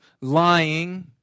lying